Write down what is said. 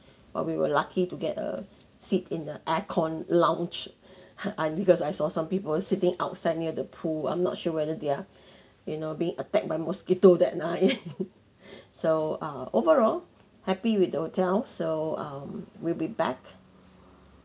but we were lucky to get a seat in the air con lounge I because I saw some people sitting outside near the pool I'm not sure whether they're you know being attacked by mosquito that night so ah overall happy with the hotel so um we'll be back